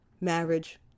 marriage